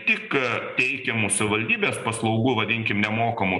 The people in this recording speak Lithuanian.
tik teikiamų savivaldybės paslaugų vadinkim nemokamų